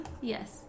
yes